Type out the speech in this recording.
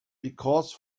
because